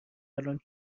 الان